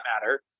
matter